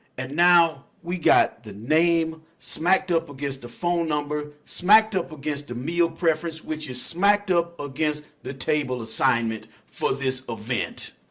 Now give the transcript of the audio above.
and now we got the name smacked up against the phone number, smacked up against the meal preference, which is smacked up against the table assignment for this event.